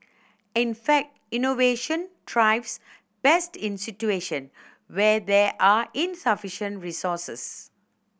in fact innovation thrives best in situation where there are insufficient resources